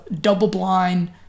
double-blind